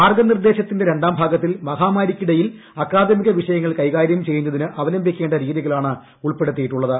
മാർഗ്ഗനിർദ്ദേശത്തിന്റെ രണ്ടാം ഭാഗത്തിൽ മഹാമാരിക്കിടയിൽ അക്കാദമിക വിഷയങ്ങൾ കൈകാര്യം ചെയ്യുന്നതിന് അവലംബിക്കേണ്ട രീതികളാണ് ഉൾപ്പെടുത്തിയിട്ടുള്ളത്